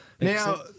Now